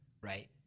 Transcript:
right